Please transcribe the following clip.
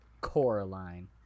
Coraline